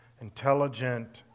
intelligent